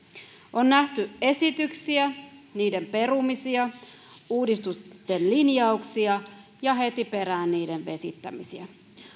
on nähty esityksiä niiden perumisia uudistusten linjauksia ja heti perään niiden vesittämisiä